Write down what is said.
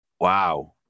wow